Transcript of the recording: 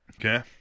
Okay